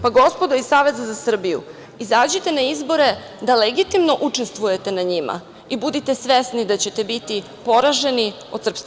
Pa, gospodo iz SZS, izađite na izbore da legitimno učestvujete na njima i budite svesni da ćete biti poraženi od SNS.